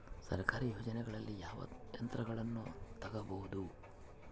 ಸರ್ಕಾರಿ ಯೋಜನೆಗಳಲ್ಲಿ ಯಾವ ಯಂತ್ರಗಳನ್ನ ತಗಬಹುದು?